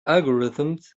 algorithms